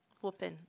Whooping